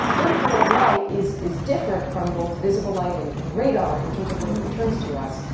infrared light is is different from both visible light and and radar in terms of what it returns to us.